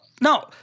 No